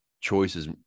choices